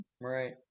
Right